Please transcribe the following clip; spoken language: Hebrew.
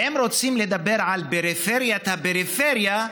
ואם רוצים לדבר על פריפריית הפריפריה,